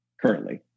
currently